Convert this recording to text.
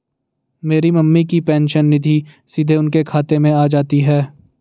मेरी मम्मी की पेंशन निधि सीधे उनके खाते में आ जाती है